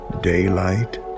daylight